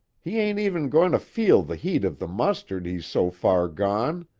he ain't even goin' to feel the heat of the mustard, he's so far gone!